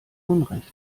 unrecht